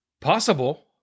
Possible